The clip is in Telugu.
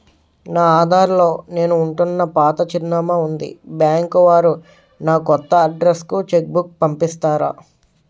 నా ఆధార్ లో నేను ఉంటున్న పాత చిరునామా వుంది బ్యాంకు వారు నా కొత్త అడ్రెస్ కు చెక్ బుక్ పంపిస్తారా?